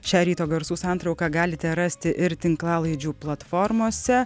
šią ryto garsų santrauką galite rasti ir tinklalaidžių platformose